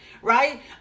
right